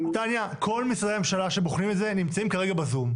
כל משרדי הממשלה שבוחנים את זה נמצאים כרגע בזום.